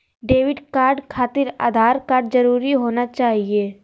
Debit card खातिर Aadhaar card जरूरी होना चाहिए?